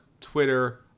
Twitter